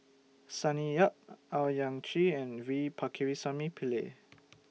Sonny Yap Owyang Chi and V Pakirisamy Pillai